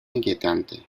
inquietante